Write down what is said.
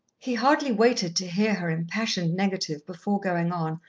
he hardly waited to hear her impassioned negative before going on,